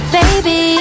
baby